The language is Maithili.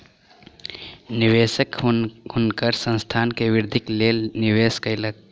निवेशक हुनकर संस्थान के वृद्धिक लेल निवेश कयलक